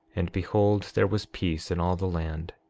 and behold, there was peace in all the land,